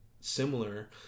similar